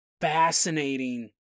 Fascinating